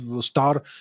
star